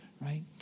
right